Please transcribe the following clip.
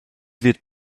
wird